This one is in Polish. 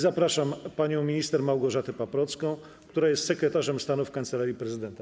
Zapraszam panią minister Małgorzatę Paprocką, która jest sekretarzem stanu w Kancelarii Prezydenta.